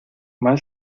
mal